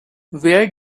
where